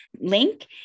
link